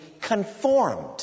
conformed